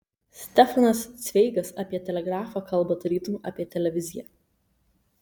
stefanas cveigas apie telegrafą kalba tarytum apie televiziją